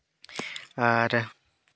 ᱟᱨ